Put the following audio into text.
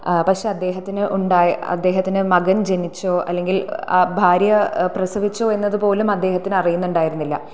പക്ഷേ അദ്ദേഹത്തിന് ഉണ്ടായ അദ്ദേഹത്തിൻ്റെ മകൻ ജനിച്ചോ അല്ലെങ്കിൽ ഭാര്യ പ്രസവിച്ചോ എന്നതു പോലും അദ്ദേഹം അറിയുന്നുണ്ടായിരുന്നില്ല